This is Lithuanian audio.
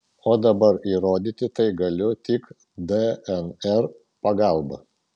o dabar įrodyti tai galiu tik dnr pagalba